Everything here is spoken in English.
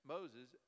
Moses